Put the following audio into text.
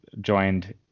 joined